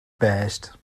best